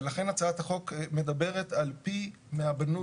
ולכן הצעת החוק מדברת על פי מהבנוי,